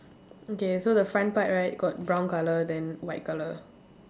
okay so the front part right got brown colour then white colour